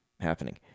happening